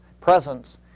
presence